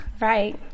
Right